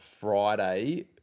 Friday